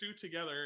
together